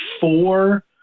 four